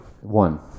One